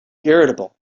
irritable